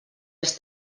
els